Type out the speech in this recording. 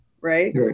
right